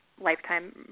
lifetime